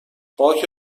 باک